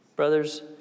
brothers